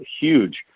huge